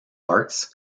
arts